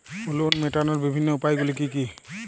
Loan মেটানোর বিভিন্ন উপায়গুলি কী কী?